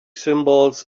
symbols